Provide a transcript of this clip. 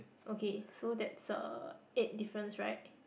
okay so that's uh eight difference right